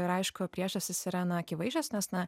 ir aišku priežastys yra na akivaizdžios nes na